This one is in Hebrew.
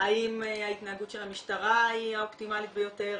האם ההתנהגות של המשטרה היא האופטימלית ביותר,